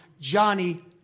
Johnny